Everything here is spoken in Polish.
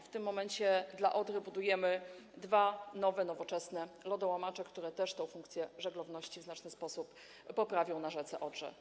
W tym momencie dla Odry budujemy dwa nowe, nowoczesne lodołamacze, które też tę funkcję żeglowności w znaczny sposób poprawią na rzece Odrze.